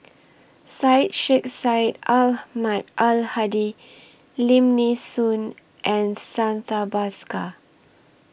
Syed Sheikh Syed Ahmad Al Hadi Lim Nee Soon and Santha Bhaskar